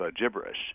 gibberish